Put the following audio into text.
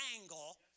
angle